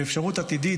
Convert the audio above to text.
עם אפשרות עתידית,